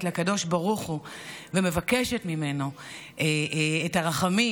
לקדוש ברוך הוא ומבקשת ממנו את הרחמים,